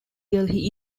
delhi